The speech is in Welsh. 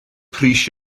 pris